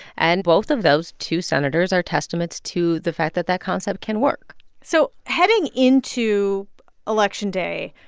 and both of those two senators are testaments to the fact that that concept can work so heading into election day,